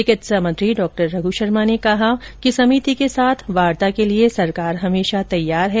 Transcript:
चिकित्सा मंत्री डॉ रघ् शर्मा ने कहा है कि समिति के साथ वार्ता के लिए सरकार हमेशा तैयार है